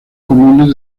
comunes